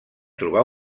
trobar